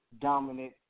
dominant